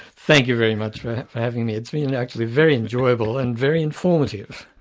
thank you very much for having, it's been actually very enjoyable and very informative.